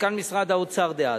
מנכ"ל משרד האוצר דאז.